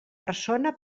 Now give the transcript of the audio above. persona